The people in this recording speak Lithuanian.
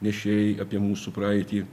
nešėjai apie mūsų praeitį